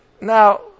Now